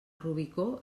rubicó